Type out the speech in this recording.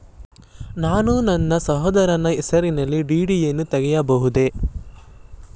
ನಾನು ನನ್ನ ಸಹೋದರನ ಹೆಸರಿನಲ್ಲಿ ಡಿ.ಡಿ ಯನ್ನು ತೆಗೆಯಬಹುದೇ?